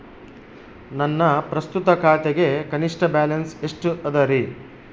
ನನ್ನ ಪ್ರಸ್ತುತ ಖಾತೆಗೆ ಕನಿಷ್ಠ ಬ್ಯಾಲೆನ್ಸ್ ಎಷ್ಟು ಅದರಿ?